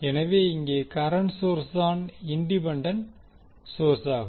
எனவே இங்கே கரண்ட் சோர்ஸ்தான் இண்டிபெண்டண்ட் சோர்சாகும்